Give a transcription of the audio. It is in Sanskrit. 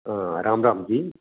रां रां जि